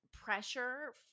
pressure